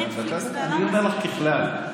אני אומר לך ככלל.